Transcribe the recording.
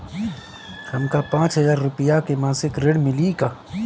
हमका पांच हज़ार रूपया के मासिक ऋण मिली का?